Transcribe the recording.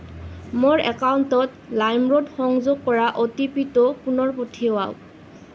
মোৰ একাউণ্টত লাইমৰোড সংযোগ কৰা অ' টি পিটো পুনৰ পঠিৱাওক